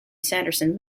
sanderson